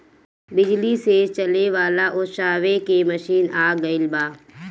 बिजली से चले वाला ओसावे के मशीन आ गइल बा